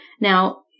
Now